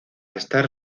estar